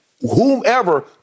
Whomever